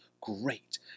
great